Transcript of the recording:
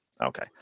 Okay